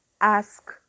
Ask